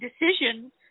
decision